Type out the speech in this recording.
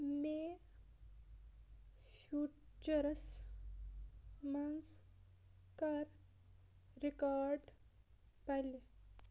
مے features منٛز کر record پَلے